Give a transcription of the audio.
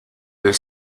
del